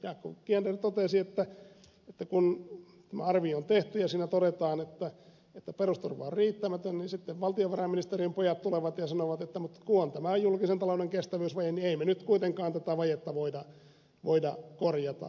jaakko kiander totesi että kun tämä arvio on tehty ja siinä todetaan että perusturva on riittämätön niin sitten valtiovarainministeriön pojat tulevat ja sanovat että mutta kun on tämä julkisen talouden kestävyysvaje niin ei me nyt kuitenkaan tätä vajetta voida korjata